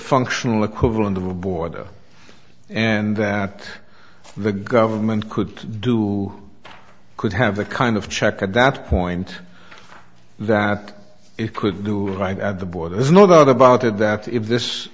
functional equivalent of a border and that the government could do could have the kind of check at that point that it could do right at the border there's no doubt about it that if this